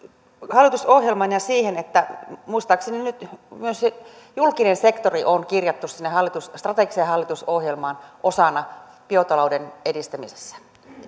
hallitusohjelmaan ja siihen että muistaakseni nyt myös julkinen sektori on kirjattu sinne strategiseen hallitusohjelmaan osana biotalouden edistämistä